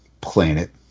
planet